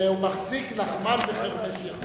הוא מחזיק נחמן וחרמש יחד.